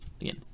again